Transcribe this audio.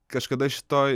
kažkada šitoj